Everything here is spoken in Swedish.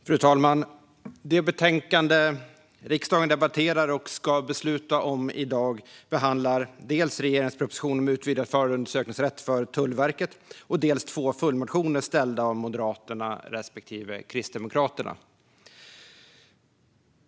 Fru talman! Det betänkande som riksdagen debatterar och ska besluta om i dag behandlar dels regeringens proposition om utvidgad förundersökningsrätt för Tullverket, dels två följdmotioner väckta av Moderaterna respektive Kristdemokraterna.